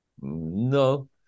no